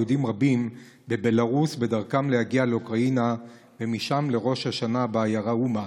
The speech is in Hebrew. יהודים רבים בבלרוס בדרכם להגיע לאוקראינה ומשם לראש השנה בעיירה אומן,